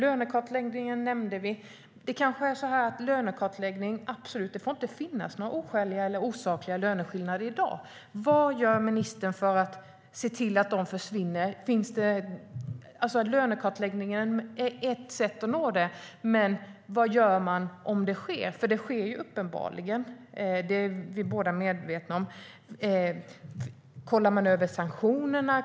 Vi nämnde lönekartläggningar - absolut! Det får inte finnas några oskäliga eller osakliga löneskillnader i dag. Vad gör ministern för att se till att dessa försvinner? Lönekartläggningar är ett sätt att nå dit, men vad gör man om skillnader ändå finns? Det gör det uppenbarligen - det är vi båda medvetna om. Ser man över sanktionerna?